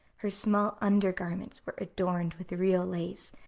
her small undergarments were adorned with real lace,